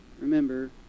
remember